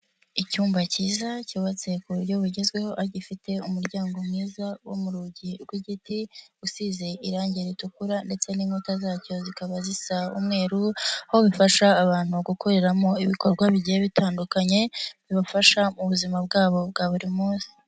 Icyumba kiza cyubatse ku buryo bugezweho gifite umuryango mwiza wo mu rugi rw'igiti usize irangi ritukura ndetse n'inkuta zacyo zikaba zisa umweru aho bifasha abantu gukoreramo ibikorwa bigiye bitandukanye bibafasha mu buzima bwabo bwa buri munsi.